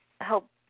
help